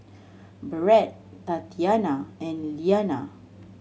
Barrett Tatianna and Leana